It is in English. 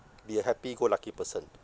be a happy-go-lucky person